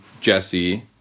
Jesse